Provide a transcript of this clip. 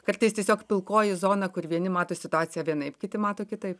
kartais tiesiog pilkoji zona kur vieni mato situaciją vienaip kiti mato kitaip